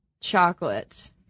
chocolate